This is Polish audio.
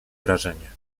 wrażenie